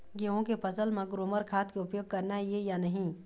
गेहूं के फसल म ग्रोमर खाद के उपयोग करना ये या नहीं?